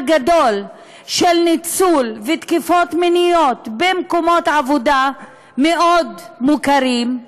גדול של ניצול ותקיפות מיניות במקומות עבודה מאוד מוכרים,